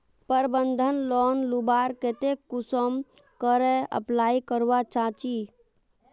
प्रबंधन लोन लुबार केते कुंसम करे अप्लाई करवा चाँ चची?